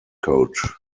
coach